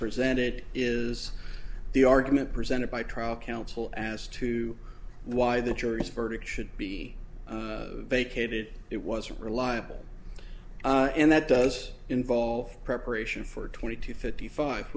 presented is the argument presented by trial counsel as to why the jury's verdict should be vacated it was reliable and that does involve preparation for twenty two fifty five